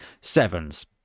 Sevens